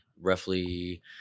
roughly